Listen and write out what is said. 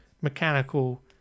mechanical